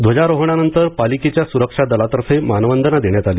ध्वजारोहणानंतर पालिकेच्या सु्रक्षा दलातर्फे मानवंदना देण्यात आली